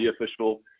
official